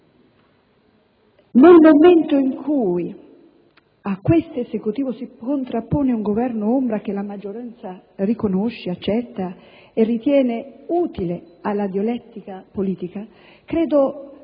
Nel momento in cui a questo Esecutivo si contrappone un Governo ombra che la maggioranza riconosce, accetta e ritiene utile alla dialettica politica, credo